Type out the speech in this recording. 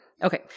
Okay